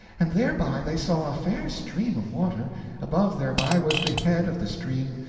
and thereby they saw a fair stream of water above thereby was the head of the stream,